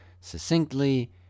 succinctly